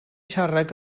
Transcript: siarad